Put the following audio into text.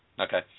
Okay